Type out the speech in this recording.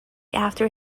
after